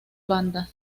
bandas